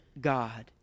God